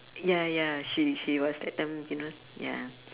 ya ya she she was that time you know ya